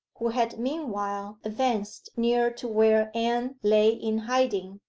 who had meanwhile advanced near to where anne lay in hiding,